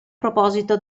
proposito